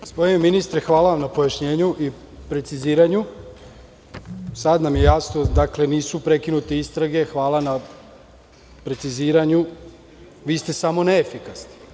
Gospodine ministre hvala vam na pojašnjenju i preciziranju, sada nam je jasno, dakle nisu prekinute istrage, hvala na preciziranju, vi ste samo neefikasni.